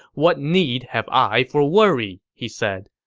what need have i for worry? he said.